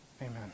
Amen